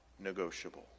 negotiable